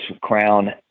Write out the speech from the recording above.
crown